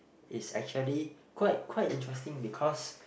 is actually quite quite interesting because